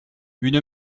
une